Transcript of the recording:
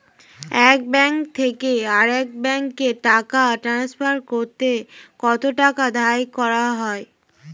এক ব্যাংক থেকে আরেক ব্যাংকে টাকা টান্সফার করতে কত টাকা ধার্য করা হয়?